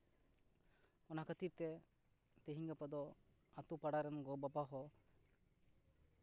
ᱚᱱᱟ ᱠᱷᱟᱹᱛᱤᱨ ᱛᱮ ᱛᱤᱦᱤᱧ ᱜᱟᱯᱟ ᱫᱚ ᱟᱛᱳ ᱯᱟᱲᱟ ᱨᱮᱱ ᱜᱚ ᱵᱟᱵᱟ ᱦᱚᱸ